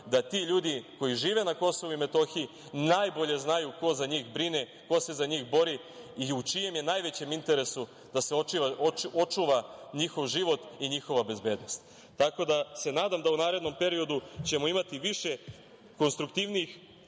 da ti ljudi koji žive na Kosovu i Metohiji najbolje znaju ko za njih brine, ko se za njih bori i u čijem je najvećem interesu da se očuva njihov život i njihova bezbednost. Tako da, nadam se da ćemo u narednom periodu imati više konstruktivnijih